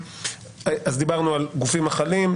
אז דיברנו על הגופים החלים.